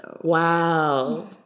Wow